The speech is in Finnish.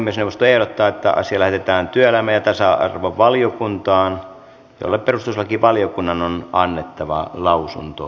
puhemiesneuvosto ehdottaa että asia lähetetään työelämä ja tasa arvovaliokuntaan jolle perustuslakivaliokunnan on annettava lausunto